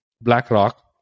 BlackRock